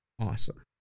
Awesome